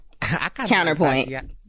Counterpoint